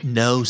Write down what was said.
no